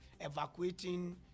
evacuating